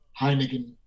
Heineken